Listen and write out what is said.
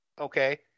Okay